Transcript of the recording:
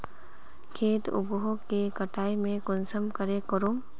खेत उगोहो के कटाई में कुंसम करे करूम?